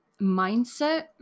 mindset